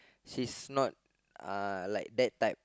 she's not like that type